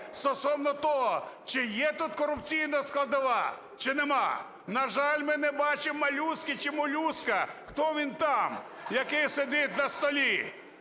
стосовно того, чи є тут корупційна складова, чи нема? На жаль, ми не бачимо Малюськи, чи "малюська", хто він там, який сидить на столі.